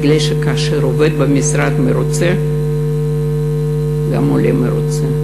בגלל שכאשר עובד במשרד מרוצה גם העולה מרוצה,